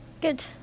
Good